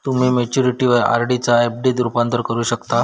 तुम्ही मॅच्युरिटीवर आर.डी चा एफ.डी त रूपांतर करू शकता